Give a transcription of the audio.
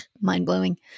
mind-blowing